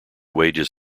wages